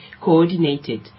coordinated